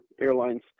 airlines